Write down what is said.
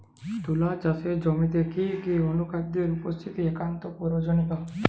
তুলা চাষের জমিতে কি কি অনুখাদ্যের উপস্থিতি একান্ত প্রয়োজনীয়?